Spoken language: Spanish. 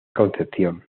concepción